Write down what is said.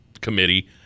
Committee